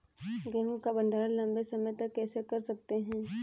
गेहूँ का भण्डारण लंबे समय तक कैसे कर सकते हैं?